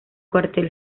cuartel